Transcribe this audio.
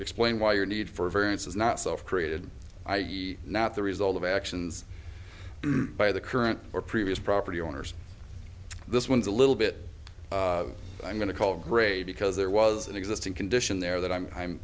explain why your need for variance is not self created i e not the result of actions by the current or previous property owners this one's a little bit i'm going to call gray because there was an existing condition there that i'm